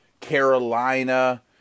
Carolina